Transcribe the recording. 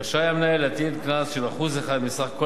רשאי המנהל להטיל קנס של 1% מסך כל